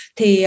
Thì